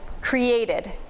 created